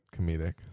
comedic